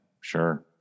Sure